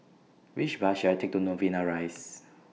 Which Bus should I Take to Novena Rise